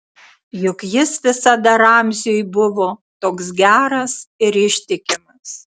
juk jis visada ramziui buvo toks geras ir ištikimas